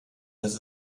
dass